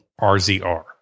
RZR